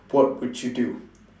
what would you do